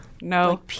No